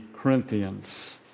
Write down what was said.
Corinthians